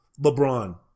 LeBron